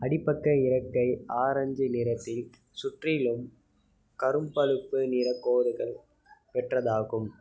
அடிப்பக்க இறக்கை ஆரஞ்சு நிறத்தில் சுற்றிலும் கரும் பழுப்பு நிற கோடு பெற்றதாகும்